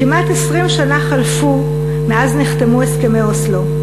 כמעט 20 שנה חלפו מאז נחתמו הסכמי אוסלו,